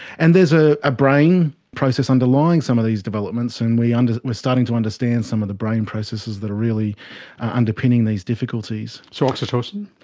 and there's a ah brain process underlying some of these developments, and we and are starting to understand some of the brain processes that are really underpinning these difficulties. so, oxytocin?